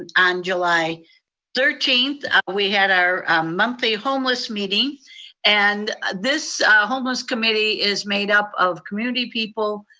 on july thirteenth, we had our monthly homeless meeting and this homeless committee is made up of community people,